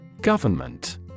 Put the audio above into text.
Government